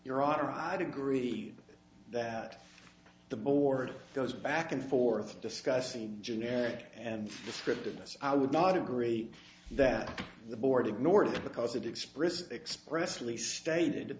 your honor i'd agree that the board goes back and forth discussing generic and descriptive us i would not agree that the board ignored because it expresses expressly stated